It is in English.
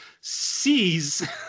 sees